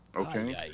Okay